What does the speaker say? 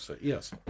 yes